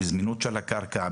עם זמינות של הקרקע,